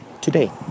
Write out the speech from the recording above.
today